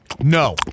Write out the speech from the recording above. No